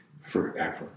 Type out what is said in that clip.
forever